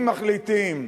אם מחליטים,